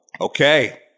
Okay